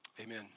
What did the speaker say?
Amen